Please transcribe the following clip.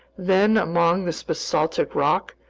then, among this basaltic rock,